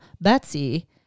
Betsy